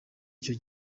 icyo